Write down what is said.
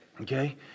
okay